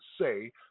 say